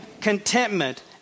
contentment